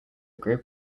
group